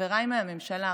לחבריי מהממשלה,